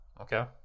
Okay